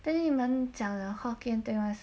then 你们讲了 hokkien 对吗